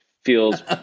feels